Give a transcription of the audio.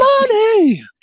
money